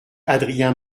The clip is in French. adrien